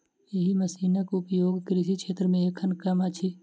एहि मशीनक उपयोग कृषि क्षेत्र मे एखन कम अछि